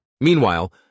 Meanwhile